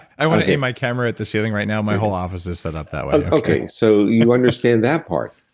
i want to aim my camera at the ceiling right now, my whole office is set up that way okay. so you understand that part.